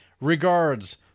Regards